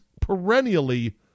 perennially